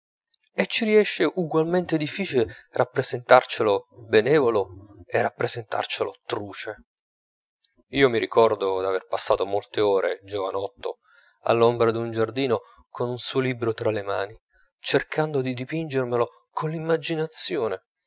e ci riesce ugualmente difficile rappresentarcelo benevolo e rappresentarcelo truce io mi ricordo d'aver passato molte ore giovanotto all'ombra d'un giardino con un suo libro tra le mani cercando di dipingermelo coll'immaginazione